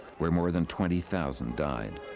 where more than twenty thousand died.